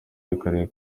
y’akarere